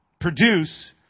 produce